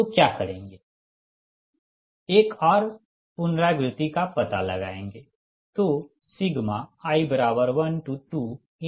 तो क्या करेंगे एक और पुनरावृति का पता लगाएंगे